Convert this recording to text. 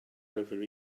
over